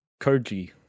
Koji